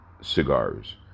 cigars